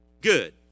good